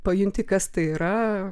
pajunti kas tai yra